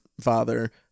father